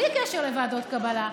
בלי קשר לוועדות קבלה,